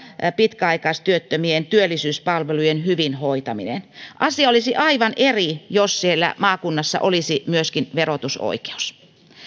pitkäaikaistyöttömien työllisyyspalvelujen hyvin hoitaminen kyllä melko vaikeaa asia olisi aivan eri jos siellä maakunnassa olisi myöskin verotusoikeus